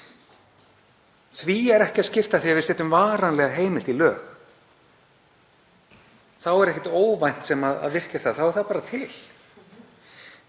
Því er ekki að skipta þegar við setjum varanlega heimild í lög. Þá er ekkert óvænt sem virkjar það, þá er það bara til.